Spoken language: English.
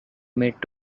made